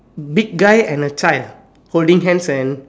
big guy and a child holding hands and